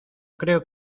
creo